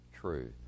truth